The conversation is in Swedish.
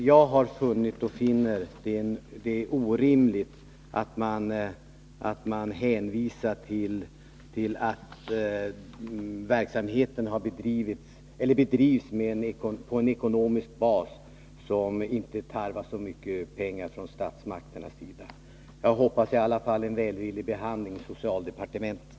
Jag har funnit och finner det orimligt att man hänvisar till att verksamheten bedrivs på en ekonomisk bas som inte tarvar så mycket pengar från statsmakternas sida. Jag hoppas i varje fall på välvillig behandling i socialdepartementet.